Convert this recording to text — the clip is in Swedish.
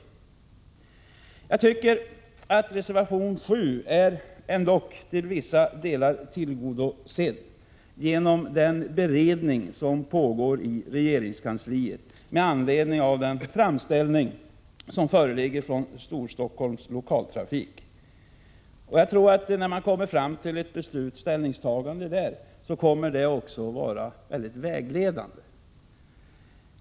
Det krav som framförs i den motion som ligger till grund för reservation 7 anser jag vara till vissa delar tillgodosett genom den beredning som pågår i regeringskansliet med anledning av den framställning som föreligger från Storstockholms lokaltrafik. Det ställningstagande man kommer fram till inom regeringskansliet kommer att vara mycket vägledande.